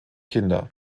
kinder